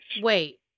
Wait